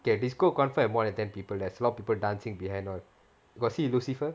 okay disco confirm more than ten people there's a lot of people dancing behind got see lucifer